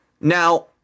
now